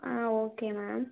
ah okay ma'am